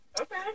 Okay